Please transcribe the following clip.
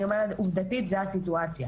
אומרת לך מבחינה עובדתית שזו הסיטואציה.